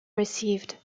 received